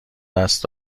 دست